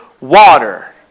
water